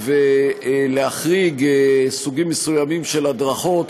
ולהחריג סוגים מסוימים של הדרכות,